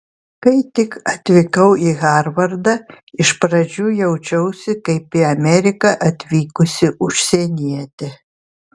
kai tik atvykau į harvardą iš pradžių jaučiausi kaip į ameriką atvykusi užsienietė